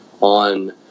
on